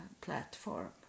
platform